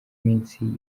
iminsi